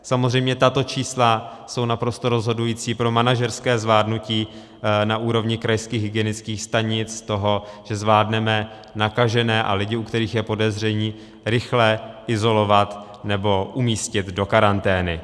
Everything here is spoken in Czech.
Samozřejmě tato čísla jsou naprosto rozhodující pro manažerské zvládnutí na úrovni krajských hygienických stanic toho, že zvládneme nakažené a lidi, u kterých je podezření, rychle izolovat nebo umístit do karantény.